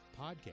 podcast